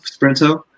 Sprinto